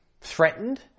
Threatened